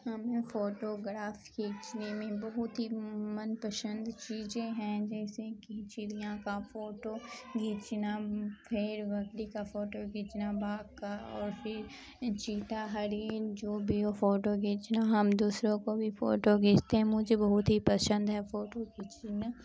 ہمیں فوٹوگراف کھینچنے میں بہت ہی من پسند چیزیں ہیں جیسے کہ چڑیاں کا فوٹو کھینچنا بھیڑ بکری کا فوٹو کھینچنا باغ کا اور پھر چیتا ہرن جو بھی ہو فوٹو کھینچنا ہم دوسروں کو بھی فوٹو کھینچتے ہیں مجھے بہت ہی پسند ہے فوٹو کھینچنا